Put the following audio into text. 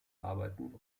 arbeiten